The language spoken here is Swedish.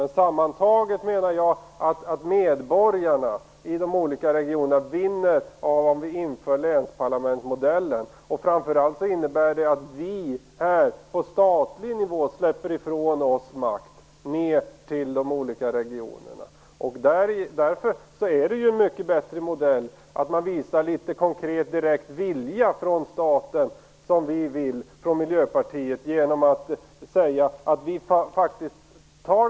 Men jag menar att medborgarna i de olika regionerna sammantaget vinner på att man inför länsparlamentsmodellen. Framför allt innebär denna modell att vi här på statlig nivå släpper ifrån oss makt ned till de olika regionerna. Därför är det en mycket bättre modell att man visar litet mer konkret och direkt vilja från statens sida genom att säga att man tar ansvaret för att föra besluten nedåt i maktstrukturen.